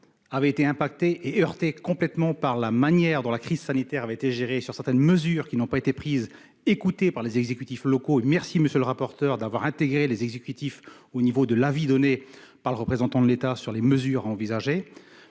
avait été impacté et heurté complètement par la manière dont la crise sanitaire avait été sur certaines mesures qui n'ont pas été prises écoutez par les exécutifs locaux, merci monsieur le rapporteur, d'avoir intégré les exécutifs au niveau de l'avis donné par le représentant de l'État sur les mesures envisagées,